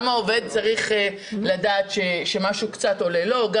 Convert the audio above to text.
גם העובד צריך לדעת שעולה לו קצת,